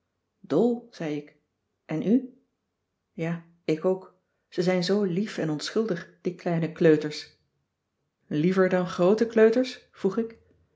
dol zei ik en u ja ik ook ze zijn zoo lief en onschuldig die kleine kleuters liever dan groote kleuters vroeg ik